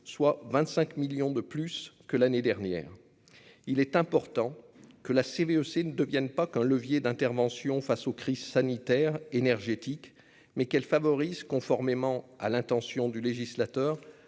soit 25 millions d'euros de plus que l'année dernière. Il est important que la CVEC ne devienne pas un simple levier d'intervention face aux crises sanitaires et énergétiques, mais qu'elle favorise chez les étudiants, conformément à l'intention du législateur,